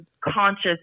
conscious